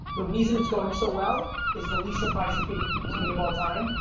the reason it's going so well is the least surprising thing to me of all time,